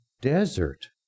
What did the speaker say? desert